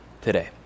today